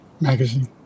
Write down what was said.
magazine